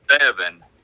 seven